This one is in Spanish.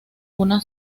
una